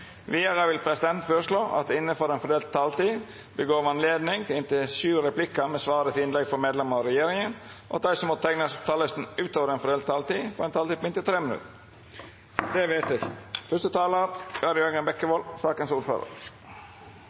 Vidare vil presidenten føreslå at det – innanfor den fordelte taletida – vert gjeve anledning til inntil sju replikkar med svar etter innlegg frå medlemer av regjeringa, og at dei som måtte teikna seg på talarlista utover den fordelte taletida, får ei taletid på inntil 3 minutt. – Det er vedteke.